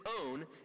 own